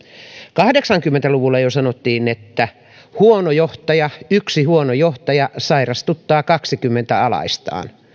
kahdeksankymmentä luvulla jo sanottiin että yksi huono johtaja sairastuttaa kahteenkymmeneen alaistaan